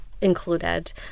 included